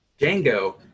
Django